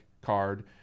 card